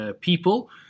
people